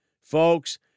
Folks